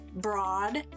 broad